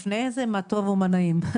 לפני זה מה טוב ומה נעים.